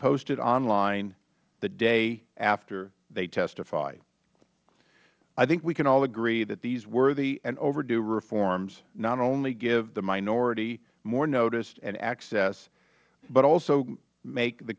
posted online the day after they testify i think we can all agree that these worthy and overdue reforms not only give the minority more notice and access but also make the